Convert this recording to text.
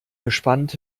gespannt